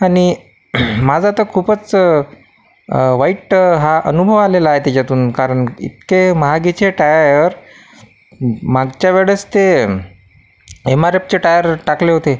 आणि माझा तर खूपच वाईट हा अनुभव आलेला आहे त्याच्यातून कारण इतके महागाचे टायर मागच्या वेळेस ते एम आर एफ चे टायर टाकले होते